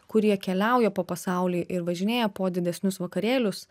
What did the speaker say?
kurie keliauja po pasaulį ir važinėja po didesnius vakarėlius